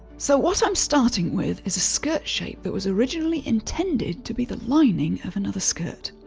so what i'm starting with is a skirt shape that was originally intended to be the lining of another skirt.